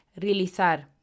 Realizar